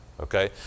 Okay